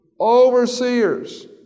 overseers